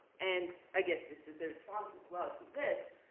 and i guess this is the response as well to this